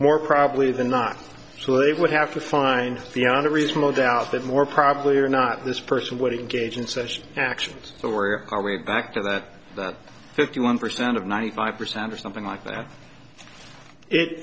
more probably the not so they would have to find the on a reasonable doubt that more probably or not this person would engage in such actions so where are we back to that that fifty one percent of ninety five percent or something like that it